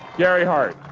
gary hart